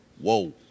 Whoa